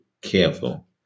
careful